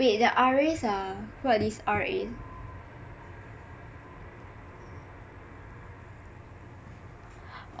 wait the R As are what is R A